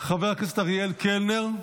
חבר הכנסת אריאל קלנר,